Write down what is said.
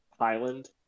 Highland